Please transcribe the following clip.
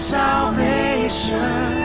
salvation